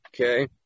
Okay